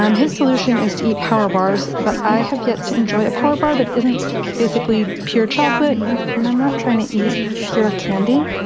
um his solution is to eat power bars, but i have yet to enjoy a power bar that isn't basically pure chocolate and i'm not trying to eat pure candy.